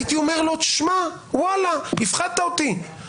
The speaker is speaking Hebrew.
הייתי אומר לו, שמע, וואלה, הפחדת אותי.